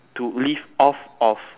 to live off of